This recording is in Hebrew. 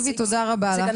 מצוין.